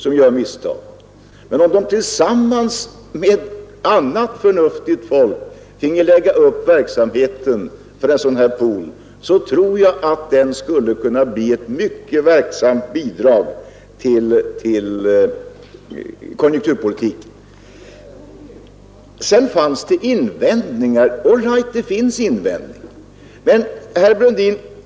Om de tillsammans med annat förnuftigt folk fick lägga upp verksamheten för en pool av ifrågavarande slag, tror jag att en sådan skulle kunna bli ett mycket verksamt bidrag till konjunkturpolitiken. Det fanns vidare invändningar att göra i detta sammanhang. All right, det finns sådana.